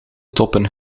toppen